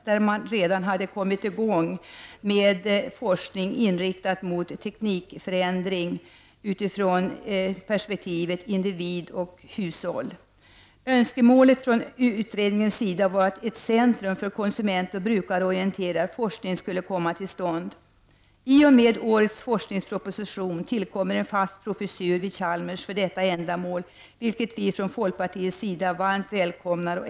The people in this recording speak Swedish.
Där har man redan kommit i gång med forskning inriktad mot teknikförändringar utifrån individoch hushållsperspektiv. Önskemålet från utredningens sida var att ett centrum för konsumentoch brukarorienterad forskning skulle komma till stånd. I och med årets forskningsproposition tillkommer en fast professur vid Chalmers för detta ändamål, vilket vi från folkpartiets sida varmt välkomnar.